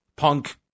Punk